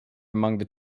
among